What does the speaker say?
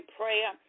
prayer